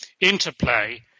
interplay